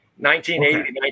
1980